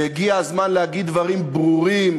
שהגיע הזמן להגיד דברים ברורים,